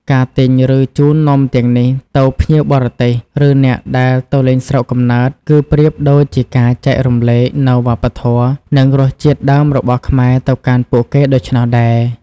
ការទិញ ឬជូននំទាំងនេះទៅភ្ញៀវបរទេស ឬអ្នកដែលទៅលេងស្រុកកំណើត គឺប្រៀបដូចជាការចែករំលែកនូវវប្បធម៌ និងរសជាតិដើមរបស់ខ្មែរទៅកាន់ពួកគេដូច្នោះដែរ។